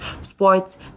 sports